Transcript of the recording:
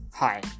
Hi